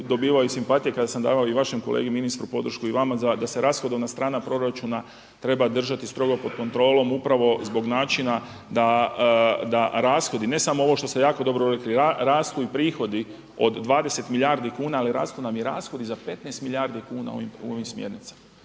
dobivao simpatije kada sam davao i vašem kolegi ministru podršku i vama da se rashodovna strana proračuna treba držati strogo pod kontrolom upravo zbog načina da rashodi ne samo ovo što se jako dobro rekli, rastu i prihodi od 20 milijardi kuna, ali rastu nam i rashodi za 15 milijardi kuna u ovom smjernicama.